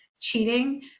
cheating